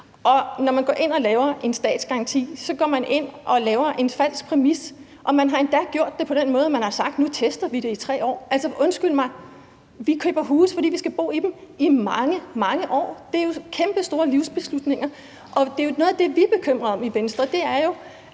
Når man går ind og laver en statsgaranti, går man ind og laver en falsk præmis, og man har endda gjort det på den måde, at man har sagt, at nu tester vi det i 3 år. Altså, undskyld mig, vi køber huse, fordi vi skal bo i dem i mange, mange år. Det er jo kæmpestore livsbeslutninger, og noget af det, vi bekymrer os om i Venstre,